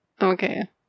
Okay